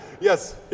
Yes